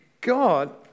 God